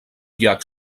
llac